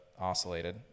oscillated